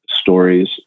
stories